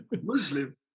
muslim